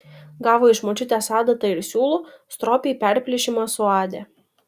gavo iš močiutės adatą ir siūlų stropiai perplyšimą suadė